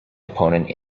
opponent